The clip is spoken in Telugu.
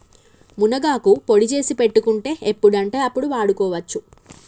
మునగాకు పొడి చేసి పెట్టుకుంటే ఎప్పుడంటే అప్పడు వాడుకోవచ్చు